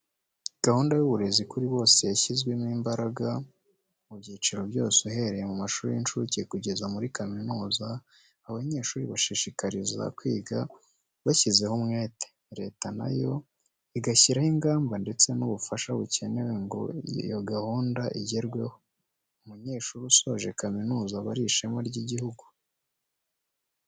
Gahunda y'uburezi kuri bose yashyizwemo imbaraga mu byiciro byose uhereye mu mashuri y'incuke kugeza muri kaminuza, abanyeshuri bashishikariza kwiga bashyizeho umwete. Leta na yo igashyiraho ingamba ndetse n'ubufasha bukenewe ngo iyo gahunda igerweho. Umunyeshuri usoje kaminuza aba ari ishema ry'igihugu.